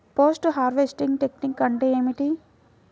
Post harvesting technique అంటే ఏమిటీ?